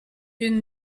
une